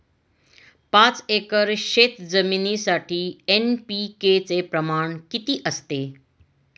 पाच एकर शेतजमिनीसाठी एन.पी.के चे प्रमाण किती असते?